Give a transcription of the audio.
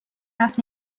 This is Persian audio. هفت